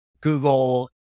Google